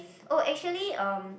oh actually um